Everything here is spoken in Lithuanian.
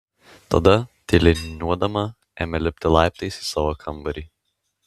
tada tyliai niūniuodama ėmė lipti laiptais į savo kambarį